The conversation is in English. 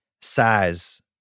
size